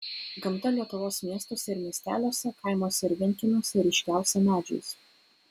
gamta lietuvos miestuose ir miesteliuose kaimuose ir vienkiemiuose ryškiausia medžiais